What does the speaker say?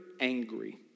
angry